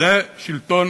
זה שלטון